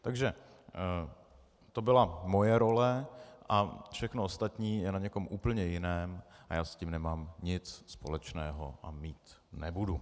Takže to byla moje role a všechno ostatní je na někom úplně jiném a já s tím nemám nic společného a mít nebudu.